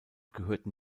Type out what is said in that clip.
gehörten